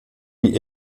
die